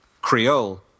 Creole